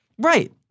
Right